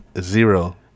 zero